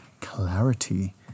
clarity